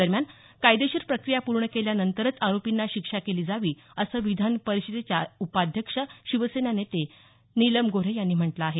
दरम्यान कायदेशीर प्रक्रिया पूर्ण केल्यानंतरच आरोपींना शिक्षा केली जावी असं विधान परिषदेच्या उपाध्यक्ष शिवसेना नेत्या नीलम गोऱ्हे यांनी म्हटलं आहे